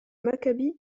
maccabi